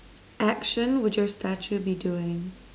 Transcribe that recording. action would your statue be doing